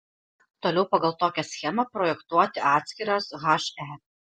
toliau pagal tokią schemą projektuoti atskiras he